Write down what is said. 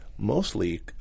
mostly